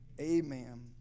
Amen